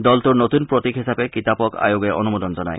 দলটোৰ নতুন প্ৰতীক হিচাপে কিতাপক আয়োগে অনুমোদন জনায়